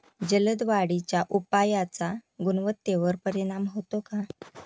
जलद वाढीच्या उपायाचा गुणवत्तेवर परिणाम होतो का?